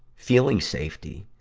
feeling safety.